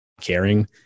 caring